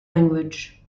language